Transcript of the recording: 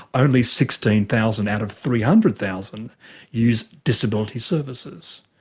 only sixteen thousand out of three hundred thousand use disability services.